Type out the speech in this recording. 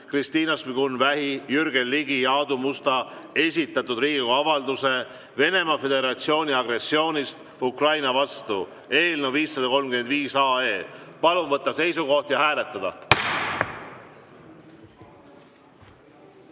Kristina Šmigun-Vähi, Jürgen Ligi ja Aadu Musta esitatud Riigikogu avalduse "Venemaa Föderatsiooni agressioonist Ukraina vastu" eelnõu 535. Palun võtta seisukoht ja hääletada!